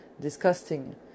Disgusting